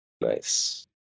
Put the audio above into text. nice